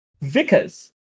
Vickers